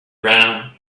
ground